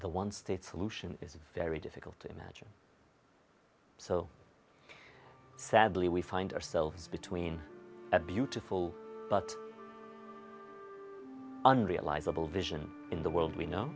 the one state solution is very difficult to imagine so sadly we find ourselves between a beautiful but unrealizable vision in the world we know